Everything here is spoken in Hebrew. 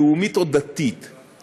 לאומית או דתית,